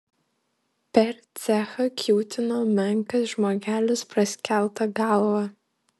per cechą kiūtino menkas žmogelis perskelta galva